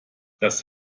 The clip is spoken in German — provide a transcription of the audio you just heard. das